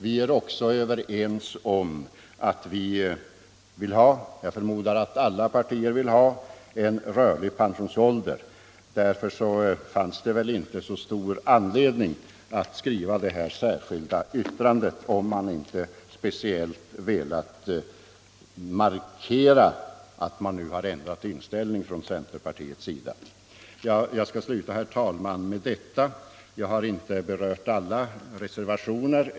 Vi är också överens om — jag förmodar alla partier — att vi skall ha en rörlig pensionsålder. Därför fanns det väl inte stor anledning att skriva det där särskilda yttrandet —- såvida man inte från centerpartiets sida velat speciellt markera att man nu har ändrat inställning. Jag har, herr talman, inte berört alla reservationer.